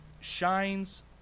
shines